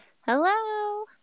Hello